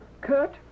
Kurt